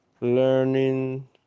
learning